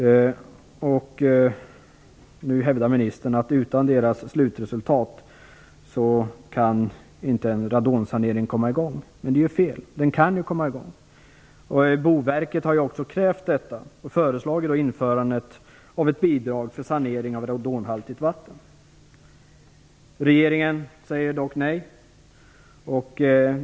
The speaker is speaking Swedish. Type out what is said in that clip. Nu hävdar ministern att radonsaneringen inte kan komma i gång utan arbetsgruppens slutresultat. Men det är fel, den kan komma i gång. Boverket har också krävt detta och föreslagit införandet av ett bidrag för sanering av radonhaltigt vatten. Regeringen säger dock nej.